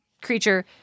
creature